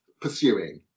pursuing